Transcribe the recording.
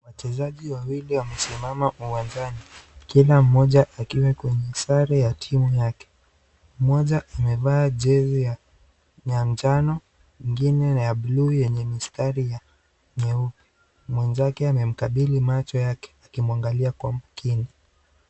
Wachezaji wawili wamesimama uwanjani, mmoja kwenye sare ya timu yake, mmoja amevaa jesi ya njano mwingine ya buluu yenye mistari ya nyeupe mwenzake amemkabidhi macho yake akiangalia kwa makini.